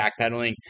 backpedaling